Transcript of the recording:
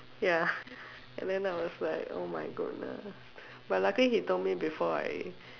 ya and then I was like oh my goodness but luckily he told me before I